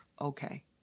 okay